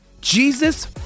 Jesus